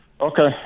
okay